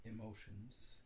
emotions